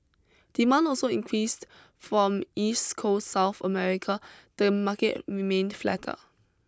demand also increased from east coast South America the market remained flatter